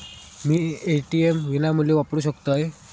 मी ATM विनामूल्य वापरू शकतय?